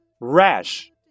rash